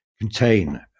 contain